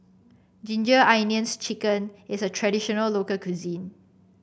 Ginger Onions chicken is a traditional local cuisine